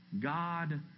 God